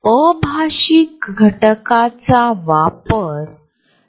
मी तयार आहे